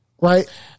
right